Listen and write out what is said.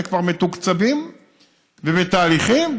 וכבר מתוקצבים ובתהליכים,